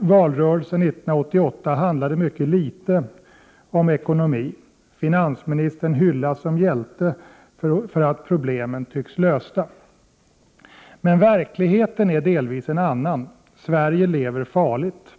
Valrörelsen 1988 handlade mycket litet om ekonomi. Finansministern hyllas som hjälte för att problemen tycks lösta. Men verkligheten är delvis en annan. Sverige lever farligt.